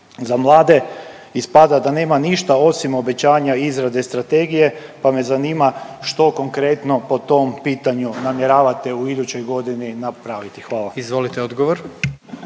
za mlade ispada da nema ništa osim obećanja izrade strategije, pa me zanima što konkretno po tom pitanju namjeravate u idućoj godini napraviti. Hvala.